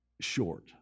short